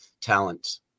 talents